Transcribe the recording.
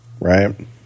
right